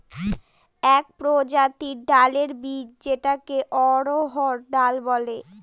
এক প্রজাতির ডালের বীজ যেটাকে অড়হর ডাল বলে